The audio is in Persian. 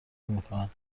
میکنند